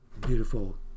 beautiful